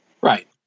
Right